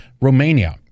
Romania